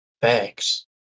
Thanks